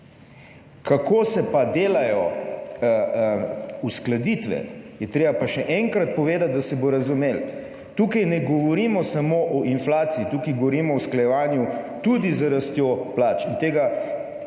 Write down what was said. Kako se pa delajo uskladitve? Je treba pa še enkrat povedati, da se bo razumelo, tukaj ne govorimo samo o inflaciji, tukaj govorimo o usklajevanju tudi z rastjo plač.